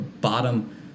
bottom